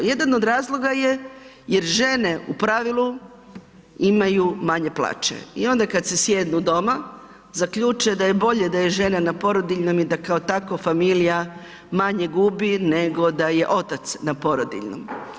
Jedan od razloga je, jer žene u pravilu imaju manje plaće i onda kad se sjednu doma zaključe da je bolje da je žena na porodiljnom i da kao tako familija manje gubi nego da je otac na porodiljnom.